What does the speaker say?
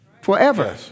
forever